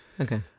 Okay